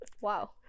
Wow